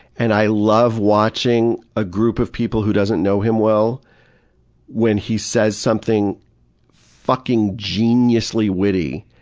and i love watching a group of people who doesn't know him well when he says something fucking genius-ly witty,